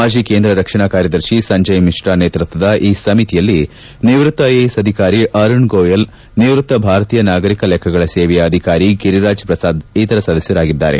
ಮಾಜಿ ಕೇಂದ್ರ ರಕ್ಷಣಾ ಕಾರ್ಯದರ್ಶಿ ಸಂಜಯ್ ಮಿತ್ರಾ ನೇತೃತ್ವದ ಈ ಸಮಿತಿಯಲ್ಲಿ ನಿವೃತ್ತ ಐಎಎಸ್ ಅಧಿಕಾರಿ ಅರುಣ್ ಗೋಯಲ್ ನಿವೃತ್ತ ಭಾರತೀಯ ನಾಗರಿಕ ಲೆಕ್ಕಗಳ ಸೇವೆಯ ಅಧಿಕಾರಿ ಗಿರಿರಾಜ್ ಪ್ರಸಾದ್ ಇತರ ಸದಸ್ಥರಾಗಿದ್ದಾರೆ